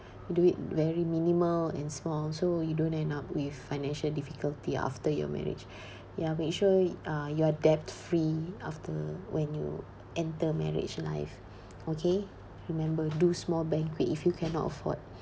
do it very minimal and small so you don't end up with financial difficulty after your marriage ya make sure uh you are debt-free after when you enter marriage life okay remember do small banquet if you cannot afford